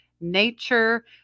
nature